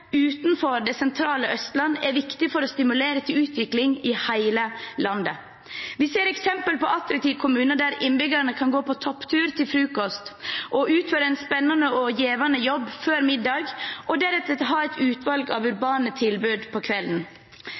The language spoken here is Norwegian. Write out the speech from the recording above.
utenfor det sentrale Østlandet er viktig for å stimulere til utvikling i hele landet. Vi ser eksempel på attraktive kommuner der innbyggerne kan gå på topptur til frokost, utføre en spennende og givende jobb før middag og deretter ha et utvalg av urbane tilbud på kvelden.